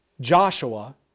Joshua